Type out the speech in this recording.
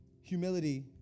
humility